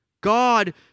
God